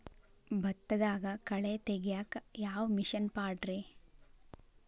ಭತ್ತದಾಗ ಕಳೆ ತೆಗಿಯಾಕ ಯಾವ ಮಿಷನ್ ಪಾಡ್ರೇ?